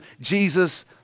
Jesus